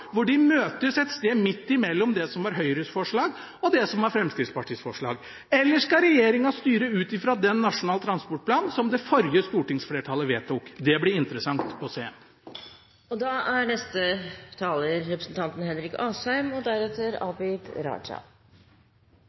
hvor de møtes et sted midt imellom det som var Høyres forslag, og det som var Fremskrittspartiets forslag. Eller skal regjeringen styre ut fra den Nasjonal transportplan som det forrige stortingsflertallet vedtok? Det blir interessant å se.